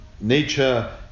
Nature